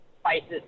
spices